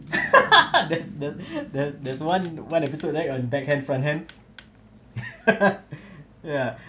that's the the there's one one episode right uh backhand fronthand ya